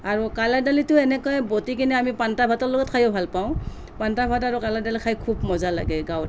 আৰু কালা দালিটো এনেকৈয়ে বতি কিনে পান্তাভাতৰ লগত খাইও ভাল পাওঁ পান্তাভাত আৰু কালা দালি খাই খুব মজা লাগে গাঁৱত